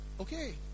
Okay